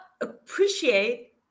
appreciate